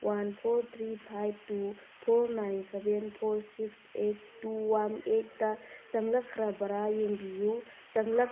ꯋꯥꯅ four three five two four nine seven four six eight two one ꯑꯦꯠꯇ ꯆꯪꯂꯛꯈ꯭ꯔꯕꯔꯥ ꯌꯦꯡꯕꯤꯌꯨ ꯆꯪꯂꯛ